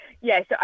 Yes